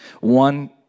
One